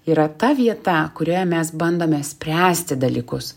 yra ta vieta kurioje mes bandome spręsti dalykus